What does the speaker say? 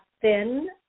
thin